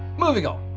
moving on.